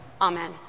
Amen